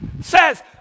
says